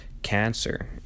cancer